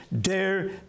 dare